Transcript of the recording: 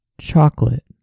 Chocolate